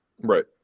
Right